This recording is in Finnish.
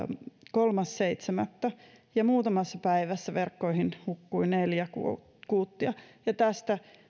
kolmas seitsemättä ja muutamassa päivässä verkkoihin hukkui neljä kuuttia tästä